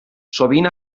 sovint